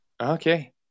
okay